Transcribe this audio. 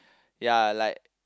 ya like